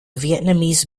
vietnamese